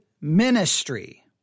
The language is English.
ministry